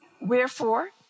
Wherefore